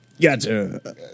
Gotcha